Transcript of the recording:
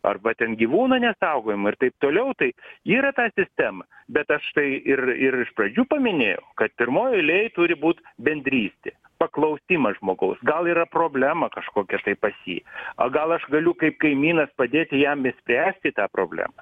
arba ten gyvūną nesaugojamą ir taip toliau tai yra ta sistema bet aš tai ir ir iš pradžių paminėjau kad pirmoj eilėj turi būt bendrystė paklausimas žmogaus gal yra problema kažkokia tai pas jį o gal aš galiu kaip kaimynas padėti jam išspręsti tą problemą